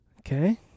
Okay